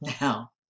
Now